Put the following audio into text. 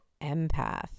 empath